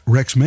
Rex